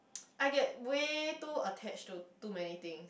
I get way too attached to too many thing